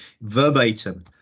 verbatim